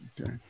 Okay